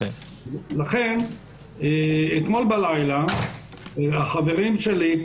אתמול בלילה החברים שלי,